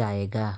जाएगा?